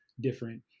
different